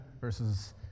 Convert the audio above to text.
versus